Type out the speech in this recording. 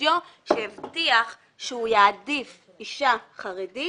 בסטודיו שהבטיח שהוא יעדיף אישה חרדית